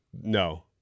no